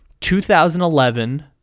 2011